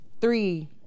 three